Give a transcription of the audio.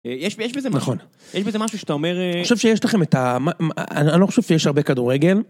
יש בזה משהו שאתה אומר... אני חושב שיש לכם את ה... אני לא חושב שיש הרבה כדורגל.